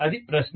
అది ప్రశ్న